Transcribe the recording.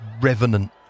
revenant